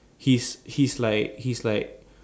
he's he's like he's like